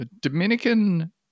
Dominican